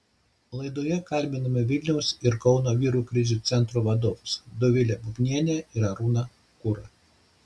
laidoje kalbiname vilniaus ir kauno vyrų krizių centrų vadovus dovilę bubnienę ir arūną kurą